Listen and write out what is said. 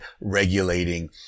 regulating